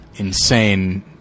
Insane